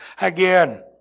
Again